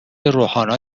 روحانا